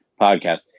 podcast